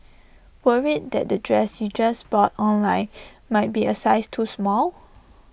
worried that the dress you just bought online might be A size too small